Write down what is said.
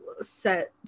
set